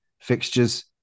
fixtures